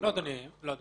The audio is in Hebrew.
לא, אדוני.